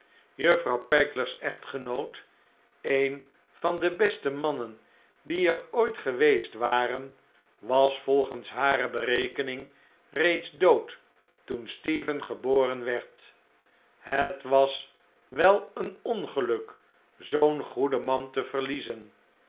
juffrouw pegler's echtgenoot een van de beste mannen die er ooit geweest waren was volgens hare berekening reeds dood toen stephen geboren werd het was wel een ongeluk zoo'n goed man te verliezen